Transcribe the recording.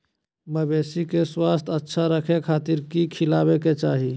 मवेसी के स्वास्थ्य अच्छा रखे खातिर की खिलावे के चाही?